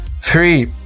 three